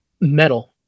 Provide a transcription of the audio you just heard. metal